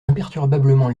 imperturbablement